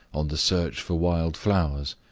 on the search for wild flowers,